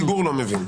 אבל הציבור לא מבין.